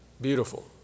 Beautiful